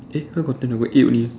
eh why got ten I got eight only